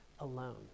alone